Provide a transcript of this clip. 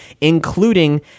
including